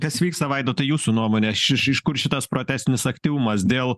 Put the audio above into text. kas vyksta vaidota jūsų nuomone iš iš kur šitas profesinis aktyvumas dėl